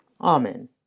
Amen